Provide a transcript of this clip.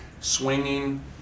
swinging